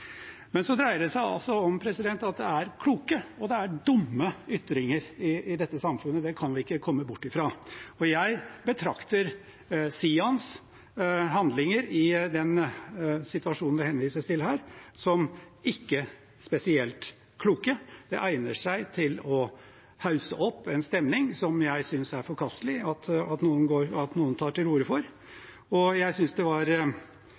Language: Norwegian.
men også om bestemmelser om opphavsrett og retten til eget bilde. Det dreier seg altså om at det er kloke og dumme ytringer i dette samfunnet – det kan vi ikke komme bort fra. Jeg betrakter SIANs handlinger i den situasjonen det henvises til her, som ikke spesielt kloke. Det egner seg til å hausse opp en stemning, som jeg synes det er forkastelig at noen tar til orde for. Jeg syntes det var